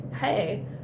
hey